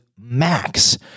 max